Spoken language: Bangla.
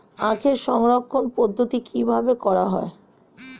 আখের সংরক্ষণ পদ্ধতি কিভাবে করা হয়?